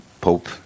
Pope